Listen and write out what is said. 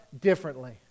differently